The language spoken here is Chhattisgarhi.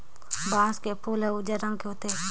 बांस के फूल हर उजर रंग के होथे